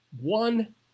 one